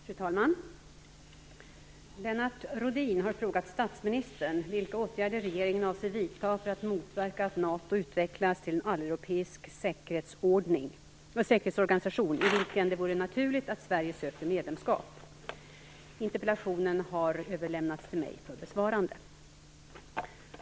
Fru talman! Lennart Rohdin har frågat statsministern vilka åtgärder regeringen avser vidta för att motverka att NATO utvecklas till en alleuropeisk säkerhetsorganisation, i vilken det vore naturligt att Sverige sökte medlemskap. Interpellationen har överlämnats till mig för besvarande.